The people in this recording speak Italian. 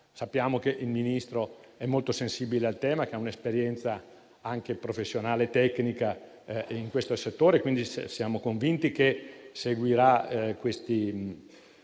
Sappiamo che il Ministro è molto sensibile al tema, che ha un'esperienza professionale e tecnica in questo settore e, quindi, siamo convinti che seguirà i